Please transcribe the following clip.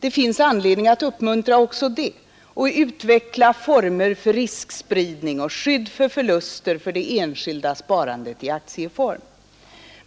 Det finns anledning att uppmuntra också det och utveckla former för riskspridning och skydd mot förluster för det enskilda sparandet i aktieform.